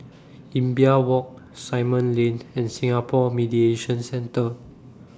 Imbiah Walk Simon Lane and Singapore Mediation Centre